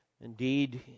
Indeed